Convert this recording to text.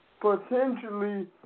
potentially